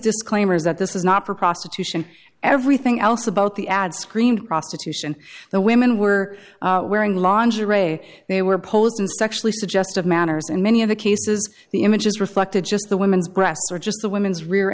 disclaimers that this is not for prostitution everything else about the ad screamed prostitution the women were wearing lingerie they were posed in sexually suggestive manners and many of the cases the images reflected just the women's breasts or just the women's rear